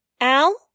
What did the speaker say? Al